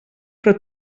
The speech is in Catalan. però